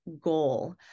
goal